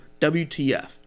WTF